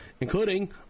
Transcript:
including